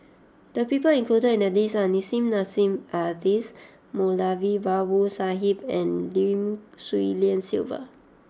the people included in the list are Nissim Nassim Adis Moulavi Babu Sahib and Lim Swee Lian Sylvia